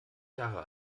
jahre